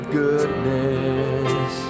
goodness